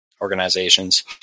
organizations